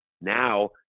now